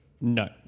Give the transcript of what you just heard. No